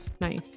Nice